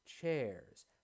chairs